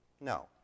No